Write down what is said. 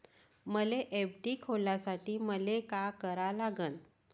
मले एफ.डी खोलासाठी मले का करा लागन?